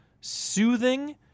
soothing